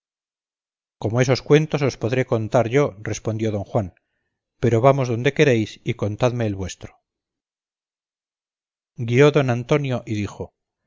como esos cuentos os podré contar yo respondió don juan pero vamos donde queréis y contadme el vuestro guió don antonio y dijo